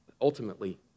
Ultimately